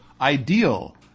ideal